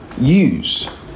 use